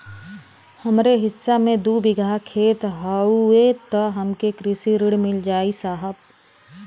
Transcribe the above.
हमरे हिस्सा मे दू बिगहा खेत हउए त हमके कृषि ऋण मिल जाई साहब?